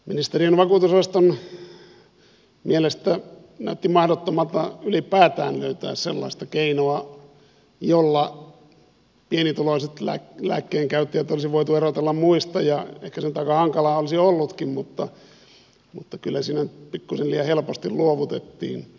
ministeriön vakuutusosaston mielestä näytti mahdottomalta ylipäätään löytää sellaista keinoa jolla pienituloiset lääkkeidenkäyttäjät olisi voitu erotella muista ja ehkä se nyt aika hankalaa olisi ollutkin mutta kyllä siinä nyt pikkuisen liian helposti luovutettiin